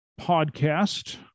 podcast